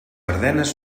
ardenes